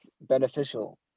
beneficial